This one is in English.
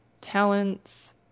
talents